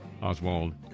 Oswald